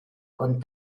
con